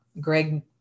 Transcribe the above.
Greg